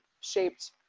shaped